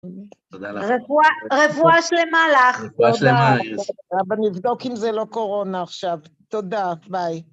תודה לך. רפואה שלמה לך. רפואה שלמה. אז אני אבדוק אם זה לא קורונה עכשיו. תודה, ביי.